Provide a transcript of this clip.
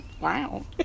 Wow